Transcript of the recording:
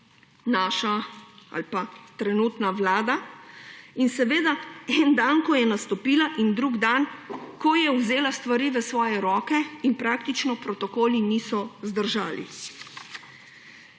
znašla trenutna vlada. In seveda en dan, ko je nastopila, in drugi dan, ko je vzela stvari v svoje roke, praktično protokoli niso zdržali.